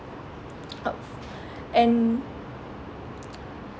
err and